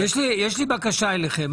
יש לי בקשה אליכם.